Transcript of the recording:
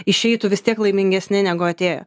išeitų vis tiek laimingesni negu atėjo